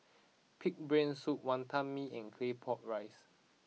Pig'S Brain Soup Wantan Mee and Claypot Rice